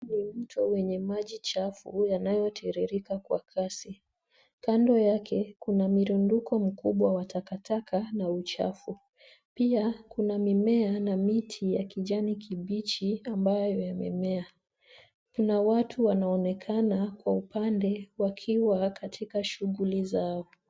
Ni mto wenye maji chafu yanayotiririka kwa kasi. Kando yake kuna mirundiko mkubwa wa takataka na uchafu. Pia kuna mimea na miti ya kijani kibichi, ambayo imemea. Kuna watu wanaonekana kwa upande, wakiwa katika shughuli zao.